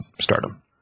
stardom